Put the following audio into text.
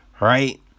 right